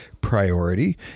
priority